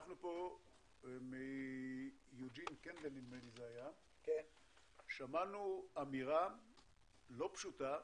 אנחנו פה מיוג'ין קנדל שמענו אמירה לא פשוטה,